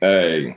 Hey